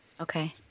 Okay